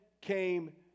came